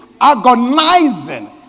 agonizing